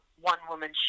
one-woman